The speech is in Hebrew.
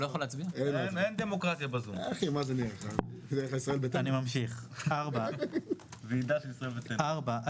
אחרי "על שהייתו" יבוא "או שהיית ילדו,